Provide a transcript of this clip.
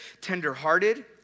tenderhearted